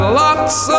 lots